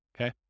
okay